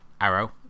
Arrow